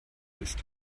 ist